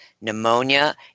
pneumonia